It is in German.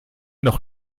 noch